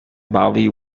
bobby